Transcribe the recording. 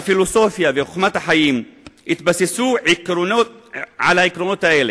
הפילוסופיה וחוכמת החיים התבססו על העקרונות האלה.